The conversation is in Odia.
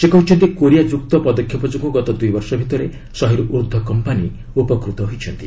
ସେ କହିଛନ୍ତି 'କୋରିଆ ଯୁକ୍ତ' ପଦକ୍ଷେପ ଯୋଗୁଁ ଗତ ଦୁଇବର୍ଷ ଭିତରେ ଶହେରୁ ଊର୍ଦ୍ଧ୍ୱ କମ୍ପାନି ଉପକୃତ ହୋଇଛନ୍ତି